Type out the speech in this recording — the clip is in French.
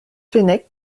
fenech